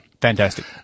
Fantastic